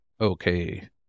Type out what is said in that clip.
Okay